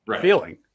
feeling